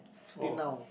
till now